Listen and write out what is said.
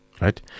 right